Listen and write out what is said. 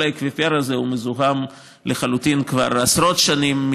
כל האקוויפר הזה מזוהם לחלוטין כבר עשרות שנים,